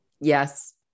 Yes